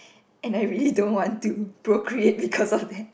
and I really don't want to procreate because of that